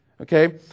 Okay